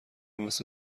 مثل